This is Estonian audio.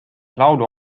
laulu